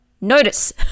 notice